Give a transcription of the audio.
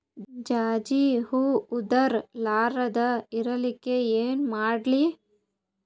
ಜಾಜಿ ಹೂವ ಉದರ್ ಲಾರದ ಇರಲಿಕ್ಕಿ ಏನ ಮಾಡ್ಲಿ?